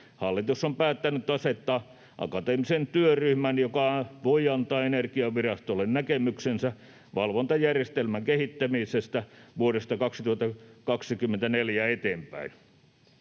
Hallitus on päättänyt asettaa akateemisen työryhmän, joka voi antaa Energiavirastolle näkemyksensä valvontajärjestelmän kehittämisestä vuodesta 2024 eteenpäin.